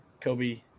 Kobe